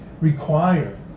require